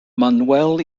manuel